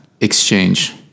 exchange